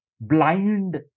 blind